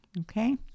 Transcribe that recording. okay